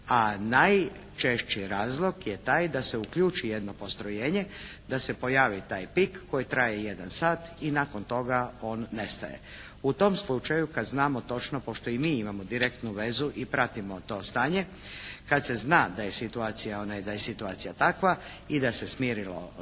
A najčešći razlog je taj da se uključi jedno postrojenje, da se pojavi taj pik koji traje jedan sat i nakon toga on nestaje. U tom slučaju kad znamo točno pošto i mi imamo direktnu vezu i pratimo to stanje, kad se zna da je situacija takva i da se smirilo to